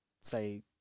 say